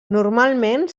normalment